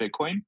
Bitcoin